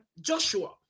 Joshua